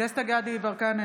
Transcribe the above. דסטה גדי יברקן,